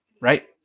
Right